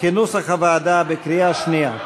כנוסח הוועדה, בקריאה שנייה.